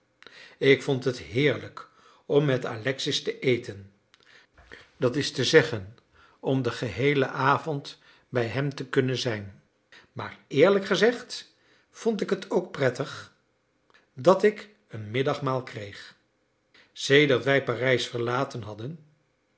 ik vond het heerlijk om met alexis te eten dat is te zeggen om den geheelen avond bij hem te kunnen zijn maar eerlijk gezegd vond ik het ook prettig dat ik een middagmaal kreeg sedert wij parijs verlaten hadden